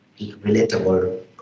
relatable